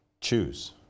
choose